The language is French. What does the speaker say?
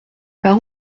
par